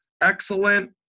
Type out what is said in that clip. excellent